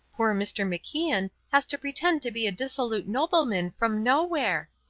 poor mr. macian has to pretend to be a dissolute nobleman from nowhere.